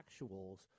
actuals